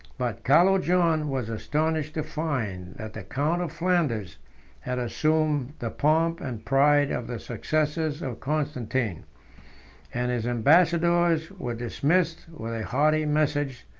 but calo-john was astonished to find, that the count of flanders had assumed the pomp and pride of the successors of constantine and his ambassadors were dismissed with a haughty message,